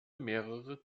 mehrere